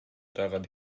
daran